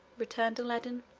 returned aladdin.